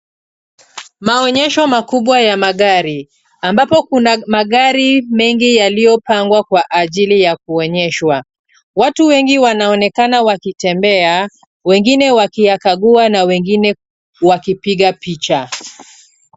Maonyesho makubwa ya magari, ambapo kuna magari mengi yaliyopangwa kwa ajili ya kuonyeshwa. Watu wengi wanaonekana wakitembea, wengine wakiyakagua na wengine wakipiga picha.